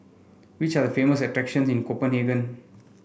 which are the famous attractions in Copenhagen